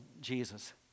Jesus